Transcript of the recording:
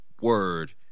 word